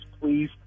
please